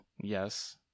Yes